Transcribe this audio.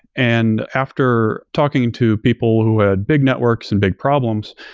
and after talking to people who had big networks and big problems,